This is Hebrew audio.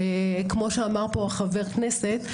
שכמו שאמר פה חבר הכנסת,